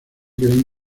creen